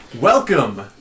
Welcome